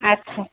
আচ্ছা